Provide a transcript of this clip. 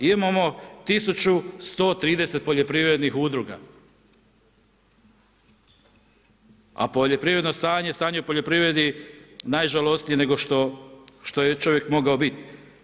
Imamo 1130 poljoprivrednih udruga, a poljoprivredno stanje i stanje u poljoprivredi najžalosnije nego što je čovjek mogao biti.